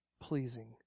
pleasing